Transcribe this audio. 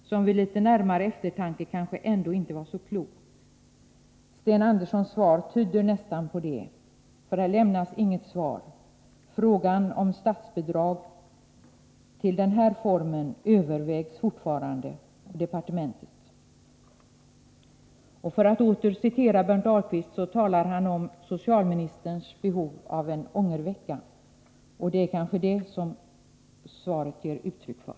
Vid litet närmare eftertanke kanske det ändå inte var så klokt. Sten Anderssons svar ger bara en antydan. Frågan om statsbidrag till den här formen av barnomsorg övervägs fortfarande i departementet. Berndt Ahlquist talar om socialministerns behov av en ångervecka. Det är kanske det som svaret ger uttryck för.